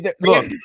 look